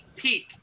peak